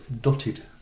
dotted